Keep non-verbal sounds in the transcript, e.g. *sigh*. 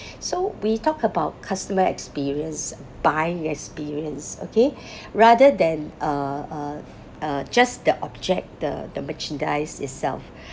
so we talk about customer experience buying experience okay *breath* rather than uh uh uh just the object the the merchandise itself